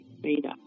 Beta